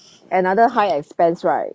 another high expense right